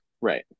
right